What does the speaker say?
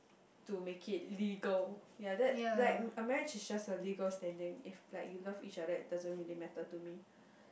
to make it legal ya that like a marriage is just a legal standing if like you love each other it doesn't really matter to me